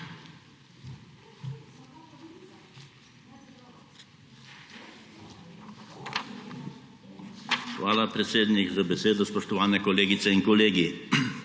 Hvala, predsednik, za besedo. Spoštovani kolegice in kolegi!